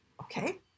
Okay